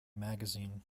magazine